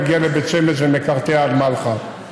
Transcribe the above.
מגיע לבית שמש ומקרטע עד מלחה,